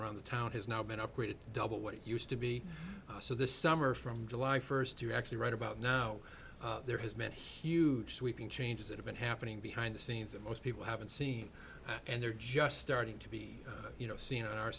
around the town has now been upgraded double what it used to be so this summer from july first to actually right about now there has been huge sweeping changes that have been happening behind the scenes that most people haven't seen and they're just starting to be you know seen on our